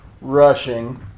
rushing